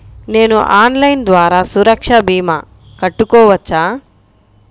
నేను ఆన్లైన్ ద్వారా సురక్ష భీమా కట్టుకోవచ్చా?